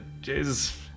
Jesus